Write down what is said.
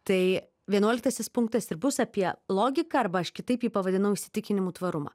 tai vienuoliktasis punktas ir bus apie logiką arba aš kitaip jį pavadinau įsitikinimų tvarumą